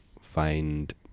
Find